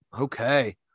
Okay